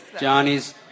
Johnny's